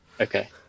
okay